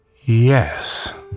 Yes